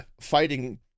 fighting